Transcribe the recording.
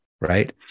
right